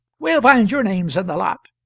we'll find your names in the lot.